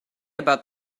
about